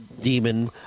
demon